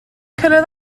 cyrraedd